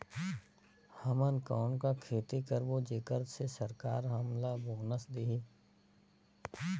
हमन कौन का खेती करबो जेकर से सरकार हमन ला बोनस देही?